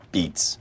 Beats